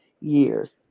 years